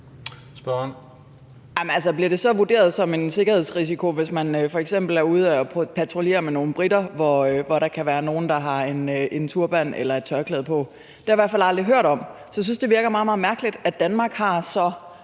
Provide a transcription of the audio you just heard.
bliver det så vurderet som en sikkerhedsrisiko, hvis man f.eks. er ude at patruljere med nogle briter, at der kan være nogle, der har en turban eller et tørklæde på? Det har jeg i hvert fald aldrig hørt om. Så jeg synes, det virker meget, meget mærkeligt, at Danmark har så